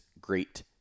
Great